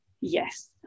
Yes